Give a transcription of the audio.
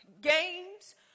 games